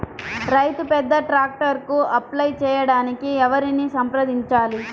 రైతు పెద్ద ట్రాక్టర్కు అప్లై చేయడానికి ఎవరిని సంప్రదించాలి?